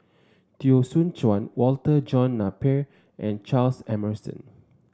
Teo Soon Chuan Walter John Napier and Charles Emmerson